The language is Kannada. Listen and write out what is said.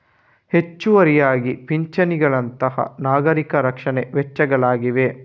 ಹೆಚ್ಚುವರಿಯಾಗಿ ಪಿಂಚಣಿಗಳಂತಹ ನಾಗರಿಕ ರಕ್ಷಣಾ ವೆಚ್ಚಗಳಿವೆ